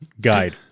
guide